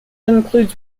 includes